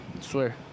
Swear